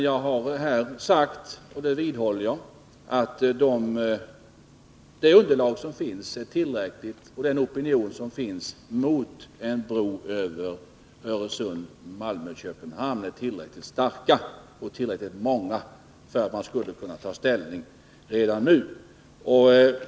Jag har sagt — och det vidhåller jag — att de argument och de opinionsyttringar som finns mot en bro över Öresund mellan Malmö och Köpenhamn är tillräckligt starka och tillräckligt många för att man skulle kunna ta ställning redan nu.